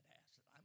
acid